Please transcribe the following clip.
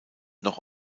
noch